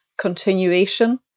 continuation